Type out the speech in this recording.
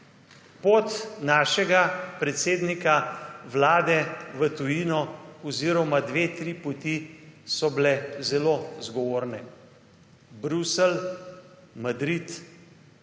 Pot našega predsednika Vlade v tujino oziroma dve, tri poti, so bile zelo zgovorne. Bruselj, Madrid,